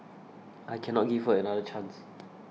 I cannot give her another chance